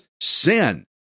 sin